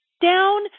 down